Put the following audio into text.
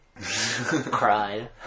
Cried